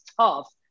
tough